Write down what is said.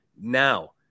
Now